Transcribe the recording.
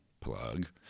Plug